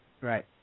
Right